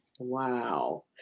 Wow